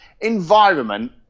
environment